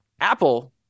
Apple